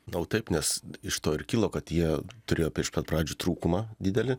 gal taip nes iš to ir kilo kad jie turėjo prieš pat pradžių trūkumą didelį